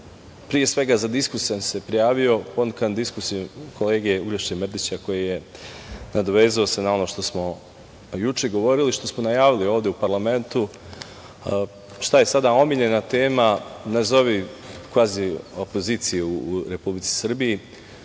pre svega za diskusiju sam se prijavio, ponukan diskusijom kolege Uglješe Mrdića koji se nadovezao na ono što smo juče govorili, što smo najavili ovde u parlamentu. Šta je sada omiljena tema, nazovi kvazi opozicije u Republici Srbiji.